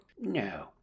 no